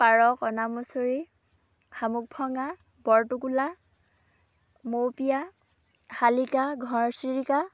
পাৰ কণামুচৰি শামুক ভঙা বৰটোকোলা মৌপিয়া শালিকা ঘৰচিৰিকা